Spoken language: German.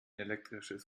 elektrisches